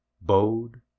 bowed